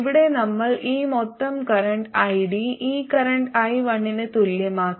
ഇവിടെ നമ്മൾ ഈ മൊത്തം കറന്റ് ID ഈ കറന്റ് I1 ന് തുല്യമാക്കി